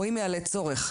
או אם יעלה צורך,